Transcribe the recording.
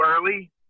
early